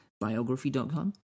Biography.com